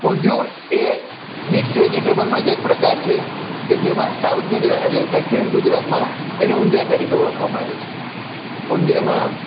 ઊંધિયું એ મિક્સ વેજિટેબલનો જ એક પ્રકાર છે કે જેમાં સાઉથ ગુજરાત એટલે દક્ષિણ ગુજરાતમાં તેને ઊંધિયા તરીકે ઓળખવામાં આવે છે ઊંધિયામાં